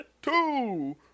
Two